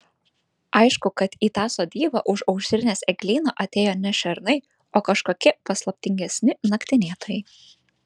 aišku kad į tą sodybą už aušrinės eglyno atėjo ne šernai o kažkokie paslaptingesni naktinėtojai